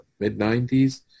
mid-'90s